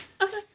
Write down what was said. Okay